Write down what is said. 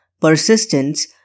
Persistence